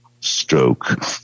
stroke